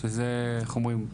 שזה, איך אומרים?